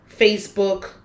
Facebook